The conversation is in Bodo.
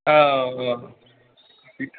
औ औ